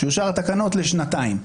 שיאושרו התקנות לשנתיים.